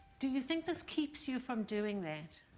do you think this keeps you from doing that,